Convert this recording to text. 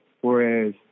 whereas